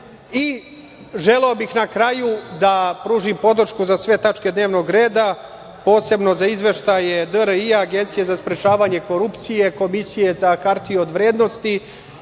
bih na kraju da pružim podršku za sve tačke dnevnog reda, posebno za izveštaje DRI, Agencije za sprečavanje korupcije, Komisije za hartije od vrednosti